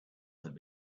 had